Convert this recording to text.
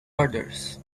orders